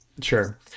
Sure